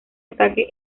ataque